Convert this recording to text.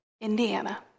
Indiana